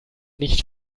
nicht